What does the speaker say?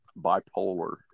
bipolar